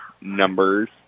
numbers